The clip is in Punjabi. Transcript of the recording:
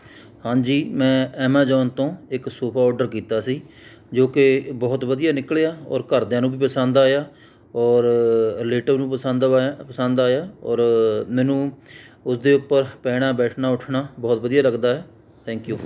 ਹਾਂਜੀ ਮੈਂ ਐਮਾਜ਼ੋਨ ਤੋਂ ਇੱਕ ਸੋਫ਼ਾ ਆਰਡਰ ਕੀਤਾ ਸੀ ਜੋ ਕਿ ਬਹੁਤ ਵਧੀਆ ਨਿਕਲਿਆ ਔਰ ਘਰਦਿਆਂ ਨੂੰ ਵੀ ਪਸੰਦ ਆਇਆ ਔਰ ਲੇਟੋ ਨੂੰ ਪਸੰਦ ਵਾਇਆ ਪਸੰਦ ਆਇਆ ਔਰ ਮੈਨੂੰ ਉਸਦੇ ਉੱਪਰ ਪੈਣਾ ਬੈਠਣਾ ਉੱਠਣਾ ਬਹੁਤ ਵਧੀਆ ਲੱਗਦਾ ਹੈ ਥੈਂਕ ਊ